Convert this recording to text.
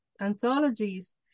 anthologies